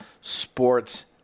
sports